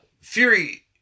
Fury